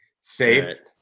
safe